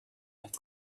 یاد